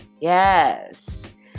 Yes